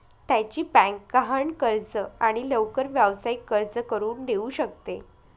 त्याची बँक गहाण कर्ज आणि लवकर व्यावसायिक कर्ज करून देऊ शकते